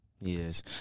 Yes